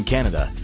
Canada